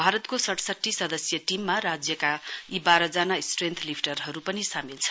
भारतको सडसठी सदस्यीय टीममा राज्यका यी बाह्रजना स्ट्रेन्थ लिफ्टरहरू पनि सामेल छन्